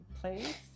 place